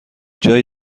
جای